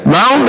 Now